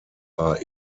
are